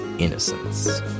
innocence